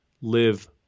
live